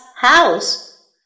house